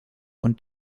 und